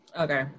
Okay